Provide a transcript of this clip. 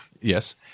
Yes